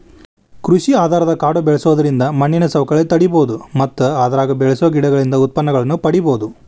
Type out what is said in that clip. ಕೃಷಿ ಆಧಾರದ ಕಾಡು ಬೆಳ್ಸೋದ್ರಿಂದ ಮಣ್ಣಿನ ಸವಕಳಿ ತಡೇಬೋದು ಮತ್ತ ಅದ್ರಾಗ ಬೆಳಸೋ ಗಿಡಗಳಿಂದ ಉತ್ಪನ್ನನೂ ಪಡೇಬೋದು